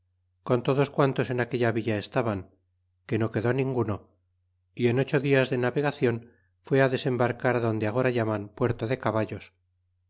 con todos quantos aquella villa estaban que no quedó ninguno y en ocho días de navegacion fue desembarcar adonde agora llaman puerto de caballos